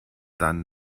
dann